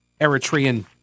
Eritrean